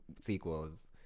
sequels